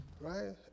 Right